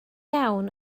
iawn